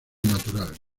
natural